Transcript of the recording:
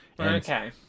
Okay